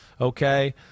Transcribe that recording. okay